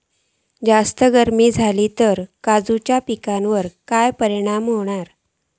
जास्त गर्मी जाली तर काजीच्या पीकार काय परिणाम जतालो?